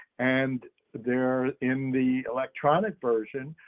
and there in the electronic version,